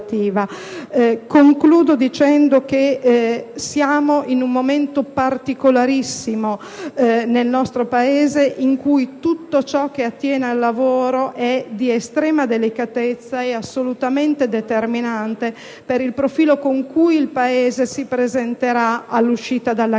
Concludo dicendo che siamo in un momento molto particolare, in cui tutto ciò che attiene al lavoro è di estrema delicatezza e determinante per il profilo con cui il Paese si presenterà all'uscita dalla crisi.